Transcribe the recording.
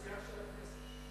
השיאן של הכנסת.